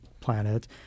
planet